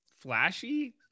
flashy